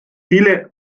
viele